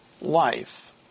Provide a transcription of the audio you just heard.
life